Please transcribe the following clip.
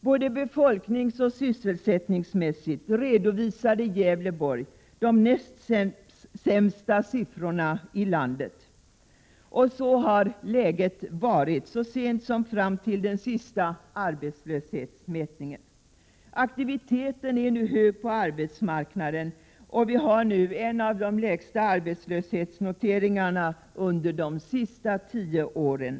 Både befolkningsoch sysselsättningsmässigt redovisade Gävleborgs län de näst sämsta siffrorna i landet. Sådant har läget varit ända fram till den senaste arbetslöshetsmätningen. Det är nu stor aktivitet på arbetsmarknaden, och vi har nu en av de lägsta arbetslöshetsnoteringarna under de senaste tio åren.